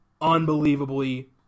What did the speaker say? unbelievably